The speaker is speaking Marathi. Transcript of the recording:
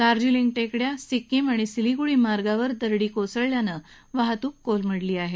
दार्जिलिंग टेकड्या सिक्कीम आणि सिलिगुडी मार्गावर दरडी कोसळल्यानं वाहतूक कोलमडली आहे